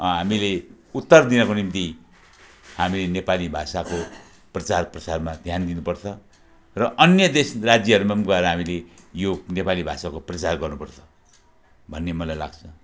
हामीले उत्तर दिनको निम्ति हामीले नेपाली भाषाको प्रचार प्रसारमा ध्यान दिनुपर्छ र अन्य देश राज्यहरूमा पनि गएर हामीले यो नेपाली भाषाको प्रचार गर्नुपर्छ भन्ने मलाई लाग्छ